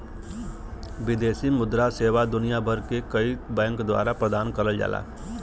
विदेशी मुद्रा सेवा दुनिया भर के कई बैंक द्वारा प्रदान करल जाला